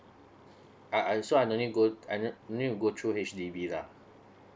uh uh so I no need go I uh need go through H_D_B lah